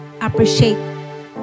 appreciate